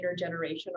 intergenerational